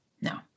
no